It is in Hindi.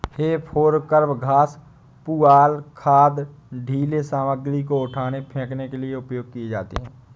हे फोर्कव घास, पुआल, खाद, ढ़ीले सामग्री को उठाने, फेंकने के लिए उपयोग किए जाते हैं